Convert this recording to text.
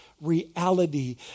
reality